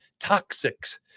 toxics